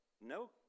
no